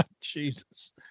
Jesus